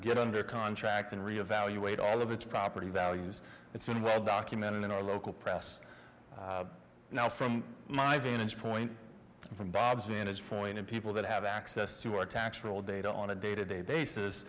get under contract and reevaluating all of its property values it's been well documented in our local press now from my vantage point from bob's managed point of people that have access to our tax roll data on a day to day basis